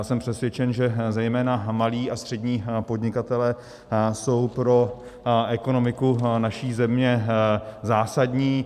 Jsem přesvědčen, že zejména malí a střední podnikatelé jsou pro ekonomiku naší země zásadní.